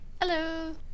Hello